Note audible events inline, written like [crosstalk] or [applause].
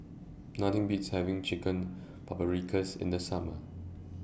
Nothing Beats having Chicken [noise] Paprikas in The Summer